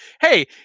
hey